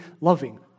loving